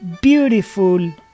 beautiful